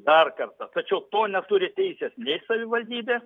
dar kartą tačiau to neturi teisės nei savivaldybė